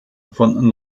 von